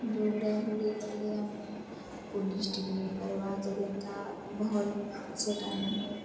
ଦୌଡ଼ା ଦୌଡ଼ି କଲେ ଆମେ ପୋଲିସ୍ ଟି ଭି ହେଇପାରିବା ଯେ ଯେନ୍ତା ଭଲ୍ସେ ଟାଇମ୍ ହେଲେ